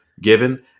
Given